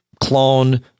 clone